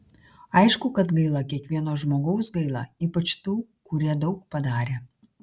aišku kad gaila kiekvieno žmogaus gaila ypač tų kurie daug padarė